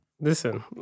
Listen